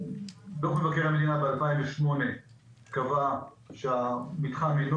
דוח מבקר המדינה קבע ב-2008 שהמתחם אינו